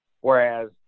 Whereas